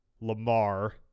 Lamar